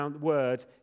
word